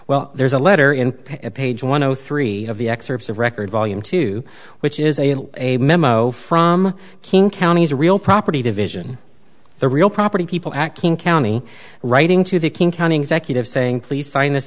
well there's a letter in at page one hundred three of the excerpts of record volume two which is a a memo from king county's a real property division the real property people at king county writing to the king county executive saying please sign this